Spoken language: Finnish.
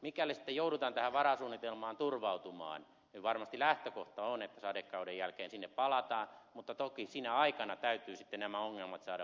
mikäli sitten joudutaan tähän varasuunnitelmaan turvautumaan niin varmasti lähtökohta on että sadekauden jälkeen sinne palataan mutta toki sinä aikana täytyy sitten nämä ongelmat saada voitetuiksi